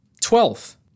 Twelfth